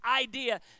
idea